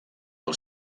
del